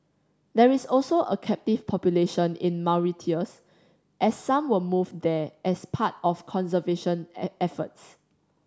there is also a captive population in Mauritius as some were moved there as part of conservation efforts